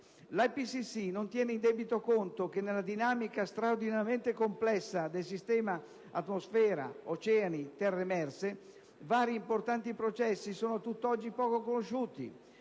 L'IPCC non tiene in debito conto che nella dinamica straordinariamente complessa del sistema atmosfera-oceani-terre emerse vari importanti processi sono a tutt'oggi poco conosciuti.